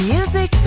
Music